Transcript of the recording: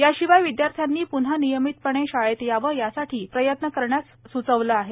याशिवाय विद्यार्थ्यांनी प्न्हा नियमितपणे शाळेत यावं यासाठी प्रयत्न करायलाही सुचवलं आहे